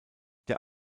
der